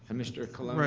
mr. colon?